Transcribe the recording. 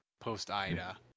post-Ida